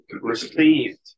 received